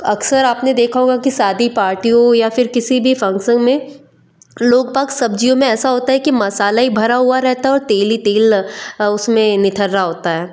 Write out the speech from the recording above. अक्सर आपने देखा होगा कि शादी पार्टियों या फिर किसी भी फंक्शन में लोग बाग सब्ज़ियों में ऐसा होता है कि मसाला ही भरा हुआ रहता है और तेल ही तेल उसमें निथर रहा होता है